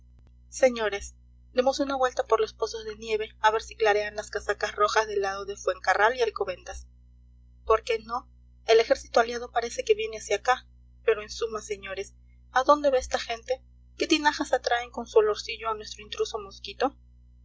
señores demos una vuelta por los pozos de nieve a ver si clarean las casacas rojas del lado de fuencarral y alcobendas por qué no el ejército aliado parece que viene hacia acá pero en suma señores a dónde va esta gente qué tinajas atraen con su olorcillo a nuestro intruso mosquito